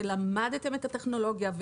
ולמדתם את הטכנולוגיה,